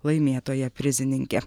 laimėtoja prizininkė